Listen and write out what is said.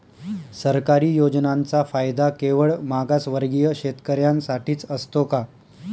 सरकारी योजनांचा फायदा केवळ मागासवर्गीय शेतकऱ्यांसाठीच असतो का?